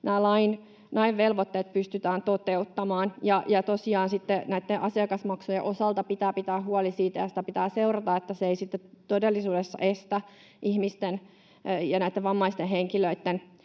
lain velvoitteet pystytään toteuttamaan. Ja tosiaan sitten näitten asiakasmaksujen osalta pitää pitää huoli siitä ja sitä pitää seurata, että ne eivät sitten todellisuudessa estä ihmisten ja näitten vammaisten henkilöitten